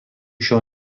šiol